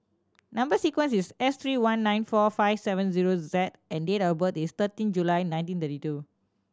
number sequence is S three one nine four five seven zero Z and date of birth is thirteen July nineteen thirty two